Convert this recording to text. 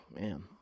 man